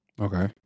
Okay